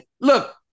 look